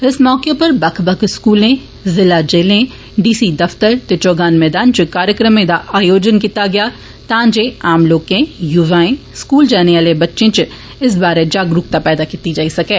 इस मौके उप्पर बक्ख बक्ख स्कूले ज़िला जेल डी सी दफतर ते चौगान मैदान इच कार्यक्रमें दा आयोजन कीता गेआ तां जे आम लोकें युवाएं स्कूल जाने आले बच्चे इच इस बारे जागरूकता पैदा कीती जाई सकै